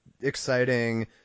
exciting